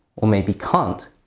or maybe can't.